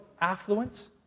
affluence